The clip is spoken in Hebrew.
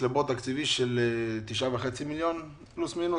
לבור תקציבי של 9.5 מיליון פלוס מינוס.